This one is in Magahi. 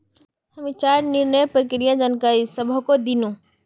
हामी चारा निर्माणेर प्रक्रियार जानकारी सबाहको दिनु